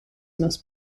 most